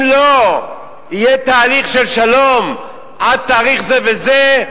אם לא יהיה תהליך של שלום עד תאריך זה וזה,